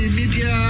media